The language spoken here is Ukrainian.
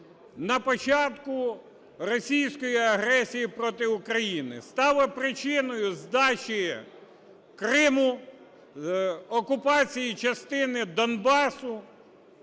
на початку російської агресії проти України, стало причиною здачі Криму, окупації частини Донбасу.